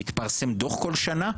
מתפרסם דוח כול שנה,